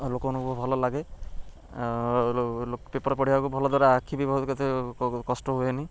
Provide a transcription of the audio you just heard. ଲୋକମାନଙ୍କୁ ଭଲ ଲାଗେ ଲୋ ଲୋକ ପେପର୍ ପଢ଼ିବାକୁ ଭଲ ଦ୍ୱାରା ଆଖି ବି ବହୁତ କେତେ କଷ୍ଟ ହୁଏନି